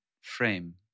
frame